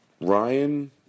Ryan